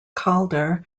calder